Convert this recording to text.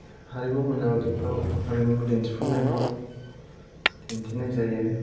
हारिमु मोनाबिलिफोराव हारिमु दिन्थिफुंनायफ्राव दिन्थिनाय जायो